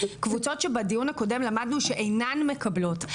קבוצות שבדיון הקודם למדנו שאינן מקבלות.